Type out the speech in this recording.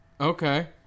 Okay